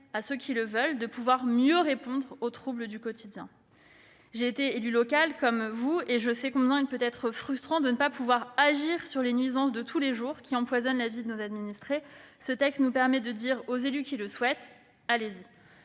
à ceux qui le veulent de pouvoir mieux répondre aux troubles du quotidien. J'ai été élue locale, comme vous, et je sais combien il peut être frustrant de ne pas pouvoir agir sur les nuisances de tous les jours qui empoisonnent la vie de nos administrés. Ce texte nous permet de dire aux élus qui le souhaitent :« Allez-y